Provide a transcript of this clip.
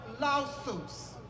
lawsuits